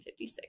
1956